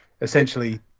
Essentially